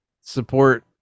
Support